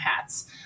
hats